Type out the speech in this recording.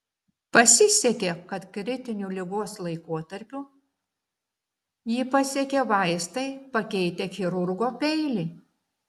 pasisekė kad kritiniu ligos laikotarpiu jį pasiekė vaistai pakeitę chirurgo peilį